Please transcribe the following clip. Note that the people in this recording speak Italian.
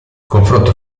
confronto